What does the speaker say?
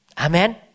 Amen